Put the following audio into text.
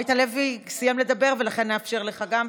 עמית הלוי סיים לדבר, ולכן נאפשר לך גם,